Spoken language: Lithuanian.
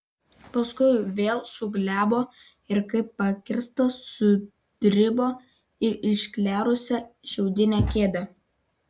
paskui vėl suglebo ir kaip pakirstas sudribo į išklerusią šiaudinę kėdę